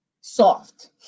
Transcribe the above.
soft